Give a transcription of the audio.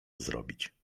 zrobić